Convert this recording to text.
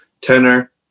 tenor